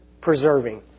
preserving